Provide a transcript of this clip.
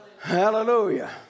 Hallelujah